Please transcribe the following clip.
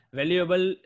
valuable